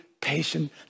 patient